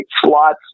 slots